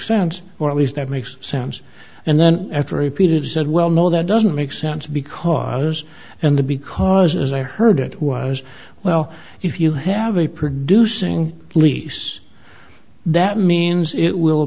sense or at least that makes sense and then after repeated said well no that doesn't make sense because and the because as i heard it was well if you have a producing lease that means it will